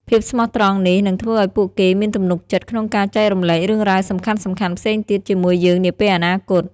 ភាពស្មោះត្រង់នេះនឹងធ្វើឱ្យពួកគេមានទំនុកចិត្តក្នុងការចែករំលែករឿងរ៉ាវសំខាន់ៗផ្សេងទៀតជាមួយយើងនាពេលអនាគត។